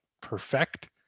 perfect